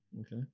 Okay